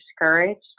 discouraged